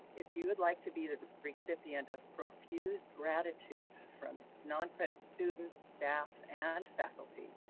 if you would like to be the recipient of profused gratitude from noncredit students, staff, and faculty,